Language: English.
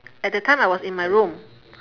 at that time I was in my room